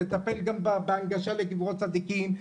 תטפל גם בהנגשה לקברות צדיקים,